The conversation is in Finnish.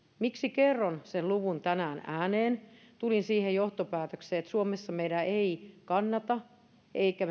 miksi kerron sen luvun tänään ääneen tulin siihen johtopäätökseen että suomessa meidän ei kannata emmekä